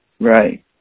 Right